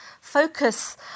focus